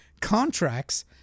contracts